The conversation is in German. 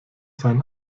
sein